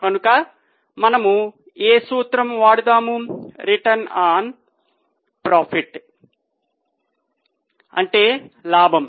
కనుక మనము ఏ సూత్రము వాడుతాము రిటర్న్ అంటే లాభం